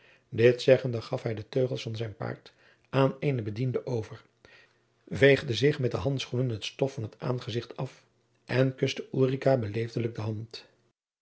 dit zeggende gaf hij de teugels van zijn paard aan eenen bediende over veegde zich met de handschoen het stof van t aangezicht af en kuste ulrica beleefdelijk de hand